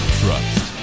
trust